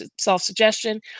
self-suggestion